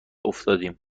افتادیم